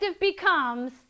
becomes